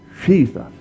Jesus